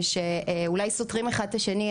שאולי סותרים אחד את השני.